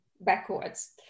backwards